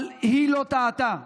אבל היא לא טעתה,